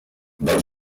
but